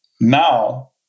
Now